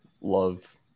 love